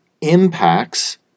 impacts